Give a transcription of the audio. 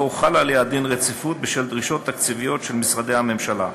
הוחל עליה דין רציפות בשל דרישות תקציביות של משרדי הממשלה.